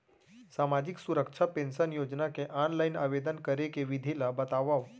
सामाजिक सुरक्षा पेंशन योजना के ऑनलाइन आवेदन करे के विधि ला बतावव